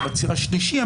ובציר השלישי,